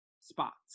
spots